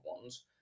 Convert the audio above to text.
ones